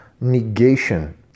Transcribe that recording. negation